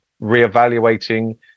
reevaluating